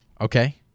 Okay